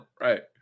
Right